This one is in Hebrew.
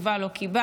תשובה לא קיבלנו,